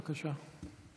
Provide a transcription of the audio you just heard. בבקשה.